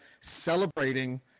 celebrating